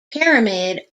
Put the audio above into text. pyramid